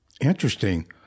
Interesting